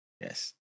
Yes